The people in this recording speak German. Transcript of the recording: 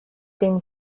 den